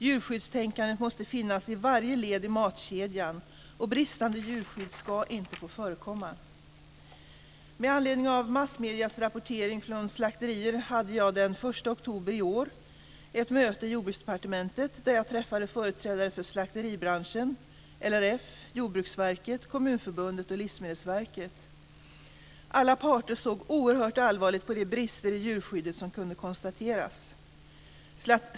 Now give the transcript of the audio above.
Djurskyddstänkandet måste finna i varje led i matkedjan, och bristande djurskydd ska inte få förekomma. Med anledning av massmediernas rapportering från slakterier hade jag den 1 oktober i år ett möte i Jordbruksdepartementet där jag träffade företrädare för slakteribranschen, LRF, Jordbruksverket, Kommunförbundet och Livsmedelsverket. Alla parter såg oerhört allvarligt på de brister i djurskyddet som kunde konstateras.